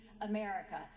America